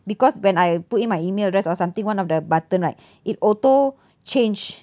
because when I put in my email address or something one of the button right it auto change